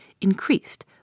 increased